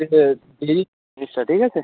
পেতে দেরি এটা ঠিক আছে